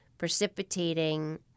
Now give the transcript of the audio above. precipitating